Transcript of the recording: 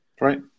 Right